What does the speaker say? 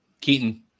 Keaton